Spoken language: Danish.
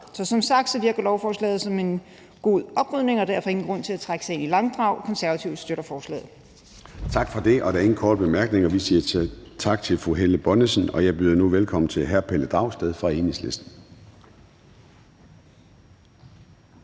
Så som sagt virker lovforslaget som en god oprydning, og derfor er der ingen grund til at trække sagen i langdrag. Konservative støtter forslaget. Kl. 11:18 Formanden (Søren Gade): Tak for det. Der er ingen korte bemærkninger, så vi siger tak til fru Helle Bonnesen. Og jeg byder nu velkommen til hr. Pelle Dragsted fra Enhedslisten.